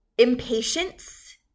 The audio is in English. Impatience